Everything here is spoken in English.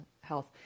health